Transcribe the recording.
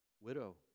widow